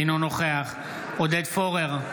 אינו נוכח עודד פורר,